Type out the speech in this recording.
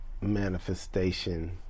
manifestation